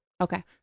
Okay